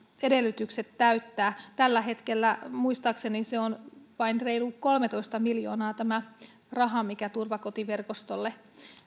edellytykset täyttää tällä hetkellä on muistaakseni vain reilu kolmetoista miljoonaa tämä raha mikä turvakotiverkostolle